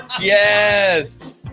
Yes